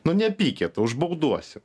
nu nepykit užbauduosiu